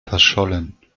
verschollen